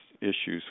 issues